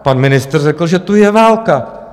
Pan ministr řekl, že tu je válka.